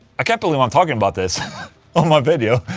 can't believe i'm talking about this on my video,